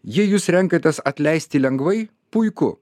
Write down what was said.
jei jūs renkatės atleisti lengvai puiku